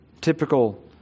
typical